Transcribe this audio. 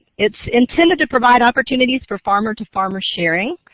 it's intended to provide opportunities for farmer-to-farmer sharing.